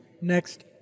next